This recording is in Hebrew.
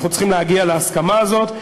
אנחנו צריכים להגיע להסכמה הזאת,